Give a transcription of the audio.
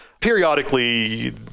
Periodically